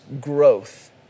growth